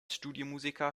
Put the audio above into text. studiomusiker